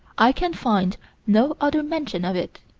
i can find no other mention of it.